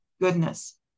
goodness